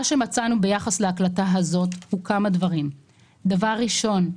מה שמצאנו ביחס להקלטה הזאת הם כמה דברים: דבר ראשון,